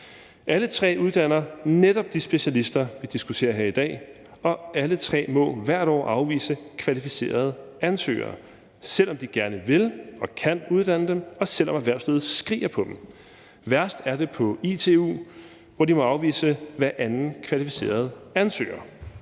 Alle tre uddanner netop de specialister, vi diskuterer her i dag, og alle tre må hvert år afvise kvalificerede ansøgere, selv om de gerne vil og kan uddanne dem, og selv om erhvervslivet skriger på dem. Værst er det på ITU, hvor de må afvise hver anden kvalificerede ansøger.